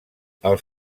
els